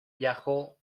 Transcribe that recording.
viajó